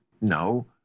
No